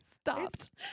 stopped